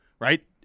right